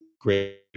great